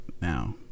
now